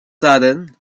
sudden